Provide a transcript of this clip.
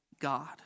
God